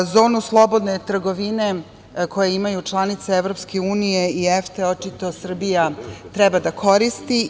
Zonu slobodne trgovine koju imaju članice EU i EFTE očito Srbija treba da koristi.